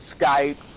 Skype